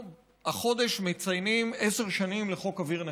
החודש אנחנו מציינים עשר שנים לחוק אוויר נקי,